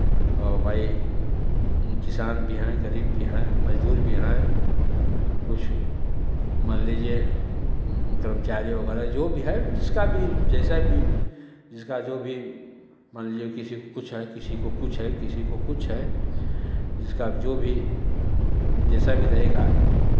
और भाई किसान भी हैं गरीब भी हैं मज़दूर भी हैं कुछ मान लीजिये कर्मचारी वगैरह जो भी है जिसका भी जैसा भी जिसका जो भी मान लीजिये किसीको कुछ है किसीको कुछ है किसीको कुछ है जिसका जो भी जैसा भी रहेगा